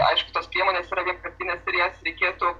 aišku tos priemonės yra vienkartinės ir jas reikėtų